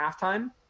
halftime